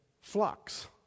flux